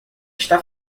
está